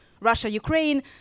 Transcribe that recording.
Russia-Ukraine